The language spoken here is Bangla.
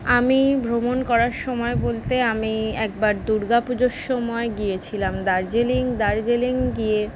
আমি ভ্রমণ করার সময় বলতে আমি একবার দুর্গা পুজোর সময় গিয়েছিলাম দার্জিলিং দার্জিলিং গিয়ে